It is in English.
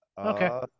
okay